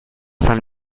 san